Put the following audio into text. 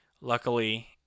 Luckily